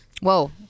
Whoa